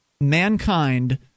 mankind